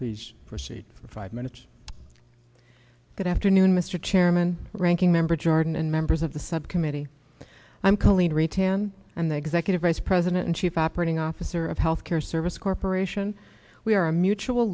please proceed for five minutes good afternoon mr chairman ranking member jordan and members of the subcommittee i'm colleen ray tan and the executive vice president and chief operating officer of health care service corporation we are a mutual